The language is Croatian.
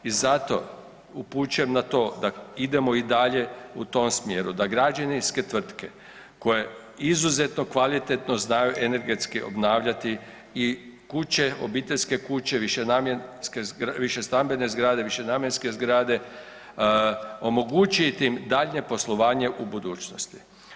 I zato upućujem na to idemo i dalje u tom smjeru da građevinske tvrtke koje izuzetno kvalitetno znaju energetski obnavljati i kuće, obiteljske kuće više stambene zgrade, višenamjenske zgrade, omogućiti im daljnje poslovanje u budućnosti.